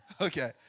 Okay